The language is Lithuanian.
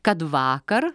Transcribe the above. kad vakar